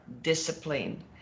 discipline